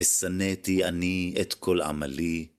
הסנתי אני את כל עמלי.